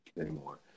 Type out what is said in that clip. anymore